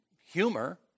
humor